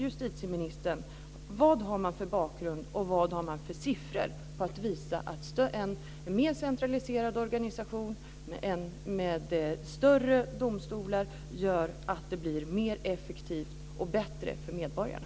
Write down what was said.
Vilken bakgrund har man och vilka siffror finns som visar att en mer centraliserad organisation med större domstolar gör att det blir mer effektivt och bättre för medborgarna?